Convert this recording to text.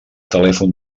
telèfon